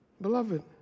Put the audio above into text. Beloved